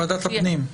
ועדת הפנים.